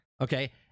okay